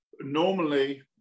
Normally